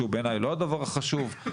והוא בעיניי לא הדבר החשוב,